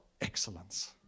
excellence